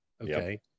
Okay